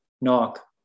Knock